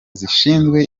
zishinzwe